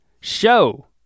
show